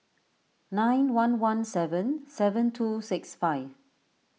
nine one one seven seven two six five